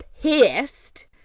pissed